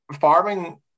farming